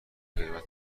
غیبت